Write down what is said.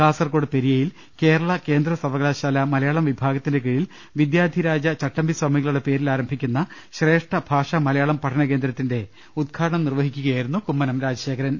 കാസർക്കോട് പെരിയയിൽ കേരള കേന്ദ്രസർവ്വകലാശാല മലയാളം വിഭാ ഗത്തിന്റെ കീഴിൽ വിദ്യാധി രാജ ചട്ടമ്പി സ്വാമികളുടെ പേരിൽ ആരംഭി ക്കുന്ന ശ്രേഷ്ഠ ഭാഷ മലയാളം പഠനകേന്ദ്രത്തിന്റെ ഉദ്ഘാടനം നിർവ്വ ഹിക്കുകയായിരുന്നു കുമ്മനം രാജശേഖരൻ